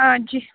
ہاں جی